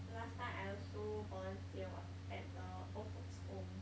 last time I also volunteer [what] at the old folks home